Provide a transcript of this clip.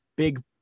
big